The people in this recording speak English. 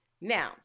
Now